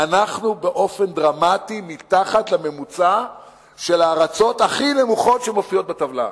אנחנו באופן דרמטי מתחת לממוצע של הארצות עם השיעור הנמוך ביותר בטבלה.